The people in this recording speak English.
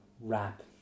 wrap